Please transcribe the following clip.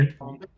okay